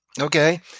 okay